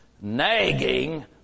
nagging